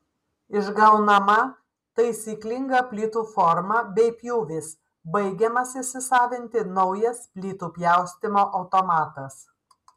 išgaunama taisyklinga plytų forma bei pjūvis baigiamas įsisavinti naujas plytų pjaustymo automatas